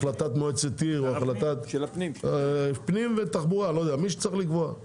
החלטת מועצת עיר, פנים ותחבורה, מי שצריך לקבוע.